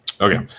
Okay